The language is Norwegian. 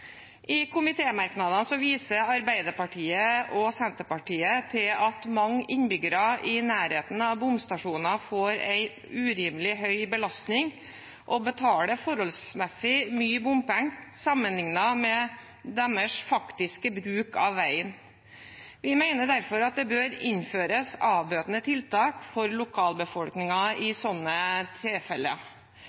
viser Arbeiderpartiet og Senterpartiet til at mange innbyggere i nærheten av bomstasjoner får en urimelig høy belastning, og betaler forholdsmessig mye bompenger sammenlignet med deres faktiske bruk av veien. Vi mener derfor at det bør innføres avbøtende tiltak for lokalbefolkningen i slike tilfeller.